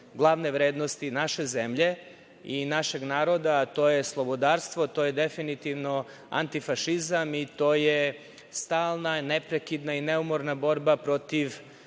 glavne vrednosti naše zemlje i našeg naroda, a to je slobodarstvo, to je definitivno antifašizam i to je stalna, neprekidna i neumorna borba protiv